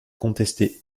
contestée